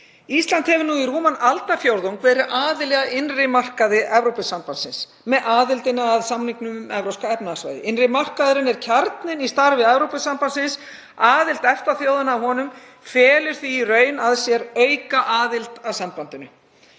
Ísland hefur nú í rúman aldarfjórðung verið aðili að innri markaði Evrópusambandsins með aðildinni að samningnum um Evrópska efnahagssvæðið. Innri markaðurinn er kjarninn í starfi Evrópusambandsins. Aðild EFTA-þjóðanna að honum felur því í raun í sér aukaaðild að sambandinu.